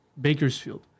Bakersfield